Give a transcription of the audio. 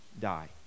die